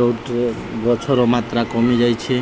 ଯେଉଁଥିରେ ଗଛର ମାତ୍ରା କମିଯାଇଛି